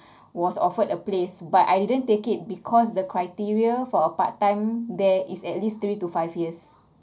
was offered a place but I didn't take it because the criteria for a part time there is at least three to five years